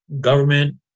government